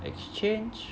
exchange